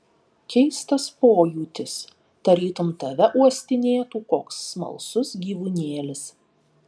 keistas pojūtis tarytum tave uostinėtų koks smalsus gyvūnėlis